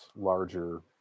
larger